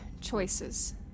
choices